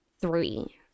three